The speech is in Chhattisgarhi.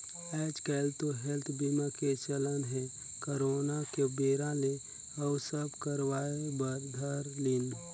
आएज काएल तो हेल्थ बीमा के चलन हे करोना के बेरा ले अउ सब करवाय बर धर लिन